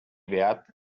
beat